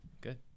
Good